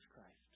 Christ